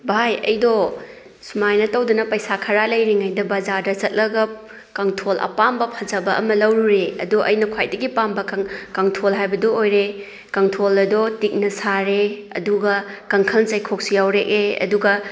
ꯚꯥꯏ ꯑꯩꯗꯣ ꯁꯨꯃꯥꯏꯅ ꯇꯧꯗꯅ ꯄꯩꯁꯥ ꯈꯔ ꯂꯩꯔꯤꯉꯩꯗ ꯕꯍꯥꯔꯗ ꯆꯠꯂꯒ ꯀꯥꯡꯊꯣꯜ ꯑꯄꯥꯝꯕ ꯐꯖꯕ ꯑꯃ ꯂꯧꯔꯨꯔꯦ ꯑꯗꯣ ꯑꯩꯅ ꯈ꯭ꯋꯥꯏꯗꯒꯤ ꯄꯥꯝꯕ ꯀꯥꯡꯊꯣꯜ ꯍꯥꯏꯕꯗꯨ ꯑꯣꯏꯔꯦ ꯀꯥꯡꯊꯣꯜ ꯑꯗꯣ ꯇꯤꯛꯅ ꯁꯥꯔꯦ ꯑꯗꯨꯒ ꯀꯥꯡꯈꯜ ꯆꯩꯈꯣꯛꯁꯨ ꯌꯥꯎꯔꯛꯑꯦ ꯑꯗꯨꯒ